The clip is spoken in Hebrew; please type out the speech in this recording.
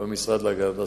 הוא המשרד להגנת הסביבה,